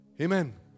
Amen